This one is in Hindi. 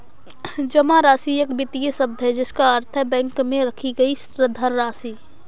जमा राशि एक वित्तीय शब्द है जिसका अर्थ है बैंक में रखी गई धनराशि